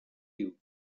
you